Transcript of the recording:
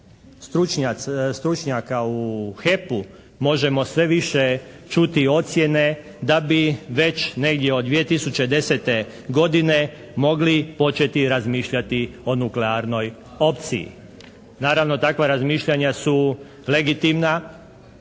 stručnjaka u HEP-u možemo sve više čuti ocjene da bi već negdje od 2010. godine mogli početi razmišljati o nuklearnoj opciji. Naravno, takva razmišljanja su legitimna,